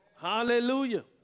Hallelujah